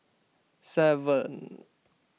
seven